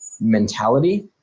mentality